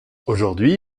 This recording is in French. aujourd’hui